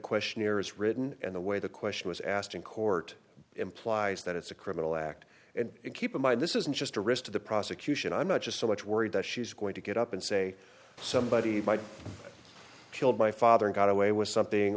questionnaire is written and the way the question was asked in court implies that it's a criminal act and keep in mind this isn't just a risk to the prosecution i'm not just so much worried that she's going to get up and say somebody by killed my father got away with something